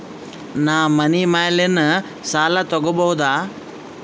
ನಾ ಮನಿ ಮ್ಯಾಲಿನ ಸಾಲ ತಗೋಬಹುದಾ?